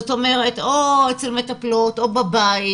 זאת אומרת, או אצל מטפלות או בבית.